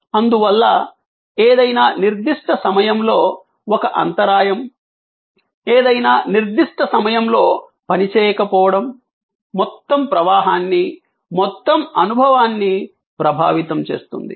అందువల్ల ఏదైనా నిర్దిష్ట సమయంలో ఒక అంతరాయం ఏదైనా నిర్దిష్ట సమయంలో పనిచేయకపోవడం మొత్తం ప్రవాహాన్ని మొత్తం అనుభవాన్ని ప్రభావితం చేస్తుంది